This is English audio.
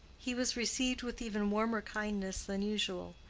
he was received with even warmer kindness than usual,